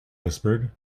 whispered